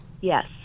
Yes